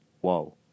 Whoa